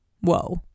Whoa